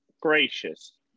gracious